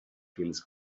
feels